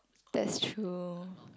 that's true